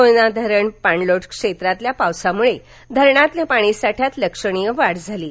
कोयना धरण पाणलोट क्षेत्रातील पावसामुळे धरणातील पाणीसाठयात लक्षणीय वाढ झाली आहे